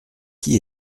qui